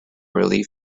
relief